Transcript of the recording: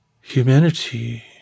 humanity